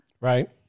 Right